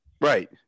Right